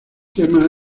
tema